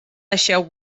deixeu